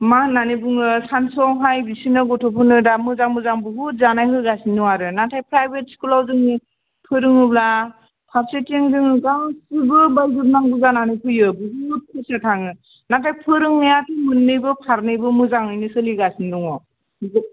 मा होननानै बुङो सानसुयावहाय बिसिनो गथ'फोरनो दा मोजां मोजां बहुत जानाय होगासिनो दं आरो नाथाय प्राइभेट स्कुलाव जोङो फोरोङोब्ला फार्सेथिं जोङो गासैबो बायजोबनांगौ जानानै फैयो बहुत फैसा थाङो नाथाय फोरोंनायाथ' मोननैबो फारनैबो मोजाङैनो सोलिगासिनो दङ